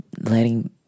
letting